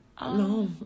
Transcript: no